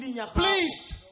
Please